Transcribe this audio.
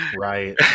Right